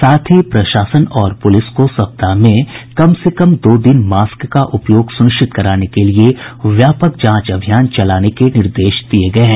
साथ ही प्रशासन और पुलिस को सप्ताह में कम से कम दो दिन मास्क का उपयोग सुनिश्चित कराने के लिए व्यापक जांच अभियान चलाने के भी निर्देश दिये गये हैं